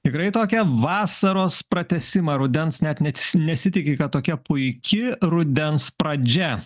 tikrai tokią vasaros pratęsimą rudens net net nesitiki kad tokia puiki rudens pradžia